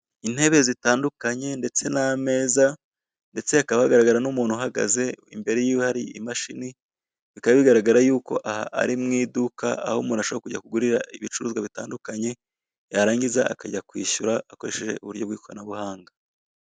Intebe zitandukanye ndetse na ameza, ndetse hakaba hagaragara na umuntu ahagaze ari imbere yiwe hari imashini, bikaba bigaragara yuko aha ari mu iduka aho umuntu ashobora kujya kugurira ibicuruzwa bitandukanye yarangiza akajya kwishyura akoresheje uburyo bw' ikoranabuhanga.